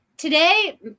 Today